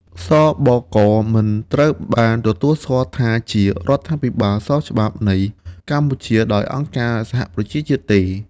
ស.ប.ក. មិនត្រូវបានទទួលស្គាល់ថាជារដ្ឋាភិបាលស្របច្បាប់នៃកម្ពុជាដោយអង្គការសហប្រជាជាតិទេ។